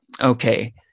okay